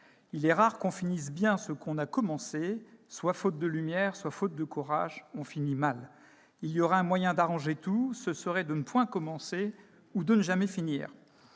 Il est rare qu'on finisse bien ce qu'on a commencé ; soit faute de lumière, soit faute de courage, on finit mal. Il y aurait un moyen d'arranger tout : ce serait de ne point commencer ou de ne jamais finir.